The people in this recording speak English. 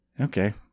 okay